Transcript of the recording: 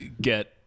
get